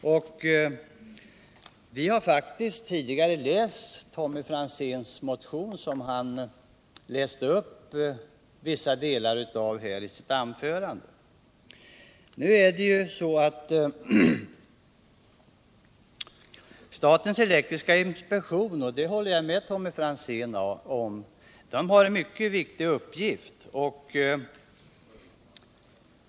Och vi har faktiskt tidigare läst Tommy Franzéns motion, som han läste upp vissa delar av i sitt anförande här. Statens elektriska inspektion har —det håller jag med Tommy Franzén om - en mycket viktig uppgift.